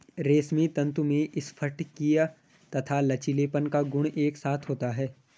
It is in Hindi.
रेशमी तंतु में स्फटिकीय तथा लचीलेपन का गुण एक साथ होता है